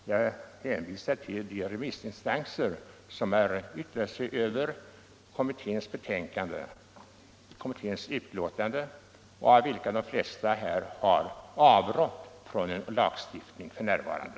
Jag hänvisar till de remissinstanser som yttrat sig över kommitténs betänkande, av vilka de flesta har avrått från lagstiftning f.n.